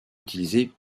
utilisé